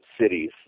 cities